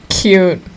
Cute